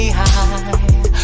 high